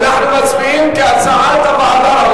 אנחנו מצביעים כהצעת הוועדה.